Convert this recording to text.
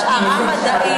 השערה מדעית,